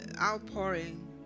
outpouring